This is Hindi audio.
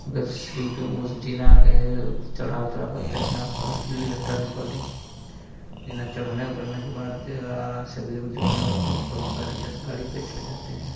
वो जैसे स्लीपिंग उस जीना कहें चढ़ा उतरा करते अपना पर इलेक्ट्रॉनिक वाले जिन्हें चढ़ने उतरने के बाद जो है आराम से बुजुर्ग जो है अब अब पर बैठ जाते गाड़ी पे चढ़ जाते हैं